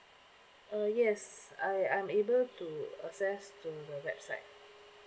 uh yes I I'm able to access to the website